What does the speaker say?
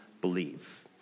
believe